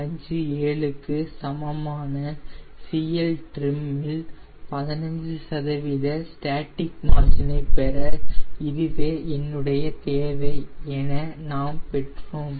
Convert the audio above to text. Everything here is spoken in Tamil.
657 க்கு சமமான CLtrim இல் 15 சதவீத ஸ்டேட்டிக் மார்ஜினை பெற இதுவே என்னுடைய தேவை என நாம் பெற்றோம்